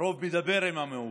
הרוב מדבר עם המיעוט.